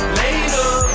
later